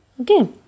Okay